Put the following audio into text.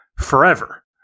forever